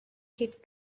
kit